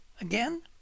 again